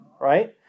right